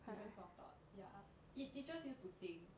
different school of thought ya it teaches you to think